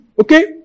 Okay